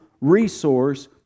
resource